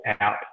out